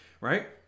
right